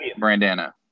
brandana